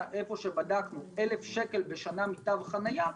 איפה שבדקנו 1,000 שקל בשנה מתו חנייה,